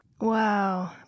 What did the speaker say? Wow